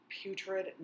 putrid